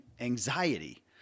anxiety